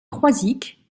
croisic